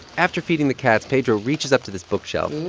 after feeding the cats, pedro reaches up to this bookshelf.